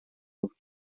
potuto